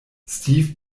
steve